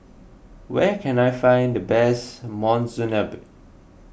where can I find the best Monsunabe